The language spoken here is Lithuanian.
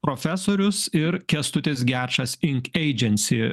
profesorius ir kęstutis gečas ink agency